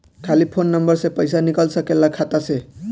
खाली phone number से पईसा निकल सकेला खाता से?